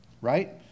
right